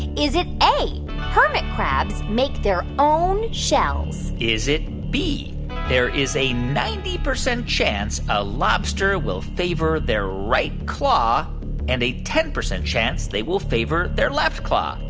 is it a hermit crabs make their own shells? is it b there is a ninety percent chance a lobster will favor their right claw and a ten percent chance they will favor their left claw?